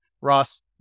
Ross